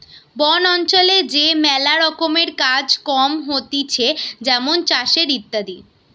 বন অঞ্চলে যে ম্যালা রকমের কাজ কম হতিছে যেমন চাষের ইত্যাদি